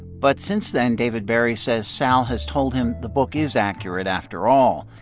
but since then david barry says sal has told him the book is accurate after all.